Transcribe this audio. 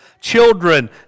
Children